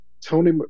Tony